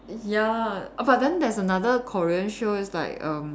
ya but then there's another Korean show is like erm